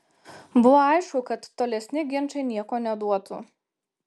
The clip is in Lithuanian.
buvo aišku kad tolesni ginčai nieko neduotų